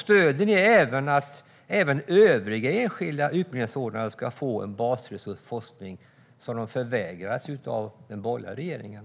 Stöder ni att även övriga enskilda utbildningsanordnare ska få en basresurs för forskning som de förvägrades av den borgerliga regeringen?